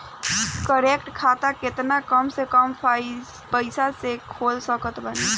Current खाता केतना कम से कम पईसा से खोल सकत बानी?